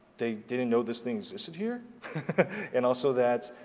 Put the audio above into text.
they didn't know this thing existed here and also that